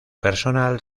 personal